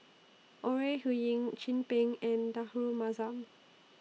Ore Huiying Chin Peng and Rahayu Mahzam